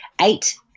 eight